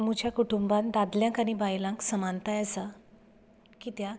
म्हुज्या कुटूंबांत दादल्यांक आनी बायलांक समानताय आसा कित्याक